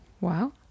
Wow